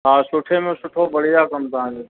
हा सुठे में सुठो बढ़िया कमु तव्हांजो